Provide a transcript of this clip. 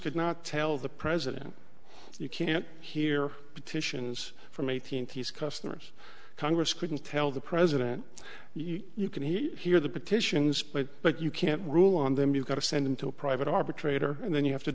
could not tell the president you can't hear petitions from eight hundred customers congress couldn't tell the president you can he hear the petitions but but you can't rule on them you got to send him to a private arbitrator and then you have to